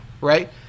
right